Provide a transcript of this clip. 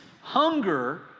hunger